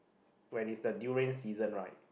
when it's the durian season right